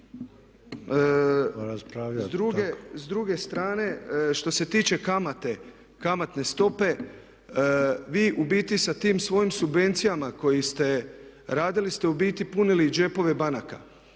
S druge strane što se tiče kamate, kamatne stope, vi u biti sa tim svojim subvencijama koje ste, radili ste u biti, punili džepove banaka